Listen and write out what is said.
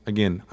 Again